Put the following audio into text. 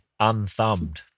unthumbed